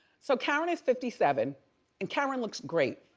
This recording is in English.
so karen is fifty seven and karen looks great.